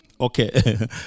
okay